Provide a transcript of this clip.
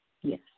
Yes